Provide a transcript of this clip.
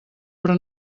però